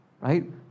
right